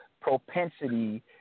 propensity